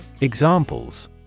Examples